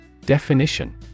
Definition